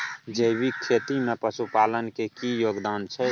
जैविक खेती में पशुपालन के की योगदान छै?